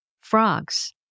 frogs